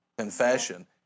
confession